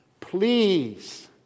Please